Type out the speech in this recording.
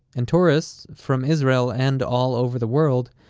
and tourists from israel and all over the world,